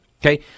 Okay